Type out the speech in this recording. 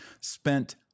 spent